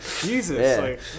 Jesus